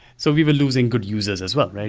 so we were losing good users as well.